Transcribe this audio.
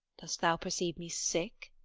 dost thou perceive me sick?